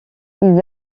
ils